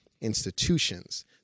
institutions